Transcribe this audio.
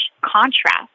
contrast